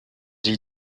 des